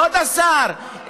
כבוד השר,